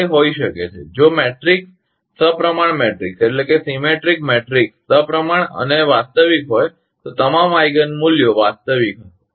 તે હોઈ શકે છે જો મેટ્રિક્સ સપ્રમાણ મેટ્રિક્સ સપ્રમાણ અને વાસ્તવિક હોય તો તમામ આઈગિન મૂલ્યો વાસ્તવિક હશે